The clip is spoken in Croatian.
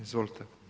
Izvolite.